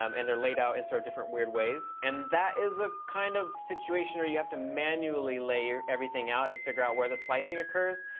um and they're laid out in sort of different weird ways. and that is a kind of situation where you have to manually lay everything out and figure out where the slicing occurs,